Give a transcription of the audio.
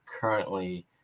currently